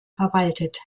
verwaltet